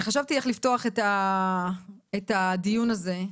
חשבתי איך לפתוח את הדיון הזה,